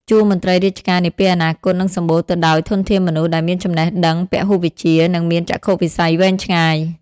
ជួរមន្ត្រីរាជការនាពេលអនាគតនឹងសំបូរទៅដោយធនធានមនុស្សដែលមានចំណេះដឹងពហុវិជ្ជា និងមានចក្ខុវិស័យវែងឆ្ងាយ។